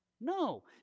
No